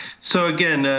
so again,